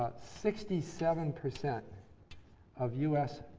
ah sixty seven percent of u s.